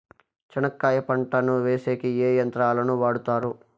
చెనక్కాయ పంటను వేసేకి ఏ యంత్రాలు ను వాడుతారు?